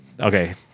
Okay